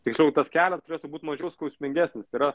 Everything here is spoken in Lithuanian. tiksliau tas kelias turėtų būt mažiau skausmingesnis tai yra